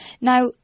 Now